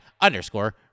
underscore